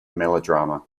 melodrama